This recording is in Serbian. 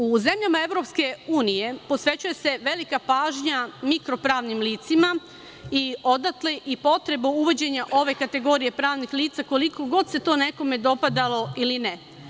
U zemljama EU, posvećuje se velika pažnja mikro pravnim licima i odatle i potreba uvođenja ove kategorije pravnih lica, koliko god se to nekome dopadalo ili ne.